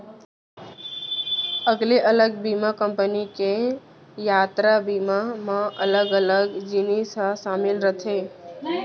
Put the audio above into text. अलगे अलग बीमा कंपनी के यातरा बीमा म अलग अलग जिनिस ह सामिल रथे